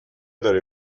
داری